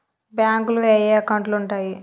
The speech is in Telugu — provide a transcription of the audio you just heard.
బ్యాంకులో ఏయే అకౌంట్లు ఉంటయ్?